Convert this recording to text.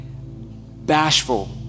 bashful